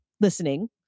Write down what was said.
listening